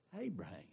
Abraham